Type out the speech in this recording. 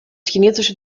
chinesische